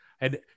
and-